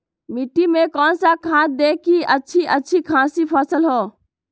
मिट्टी में कौन सा खाद दे की अच्छी अच्छी खासी फसल हो?